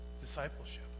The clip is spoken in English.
Discipleship